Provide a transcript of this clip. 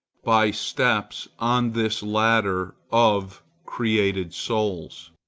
by steps on this ladder of created souls.